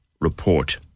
report